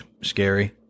scary